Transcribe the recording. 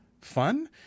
fun